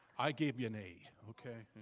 i gave you a knee, okay?